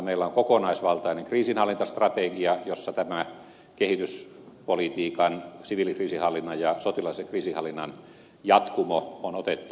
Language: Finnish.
meillä on kokonaisvaltainen kriisinhallintastrategia jossa kehityspolitiikan siviilikriisinhallinnan ja sotilaallisen kriisinhallinnan jatkumo on otettu tarkasteltavaksi